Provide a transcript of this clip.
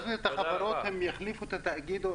לגבי החברות, הן יחליפו את התאגידים?